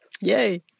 Yay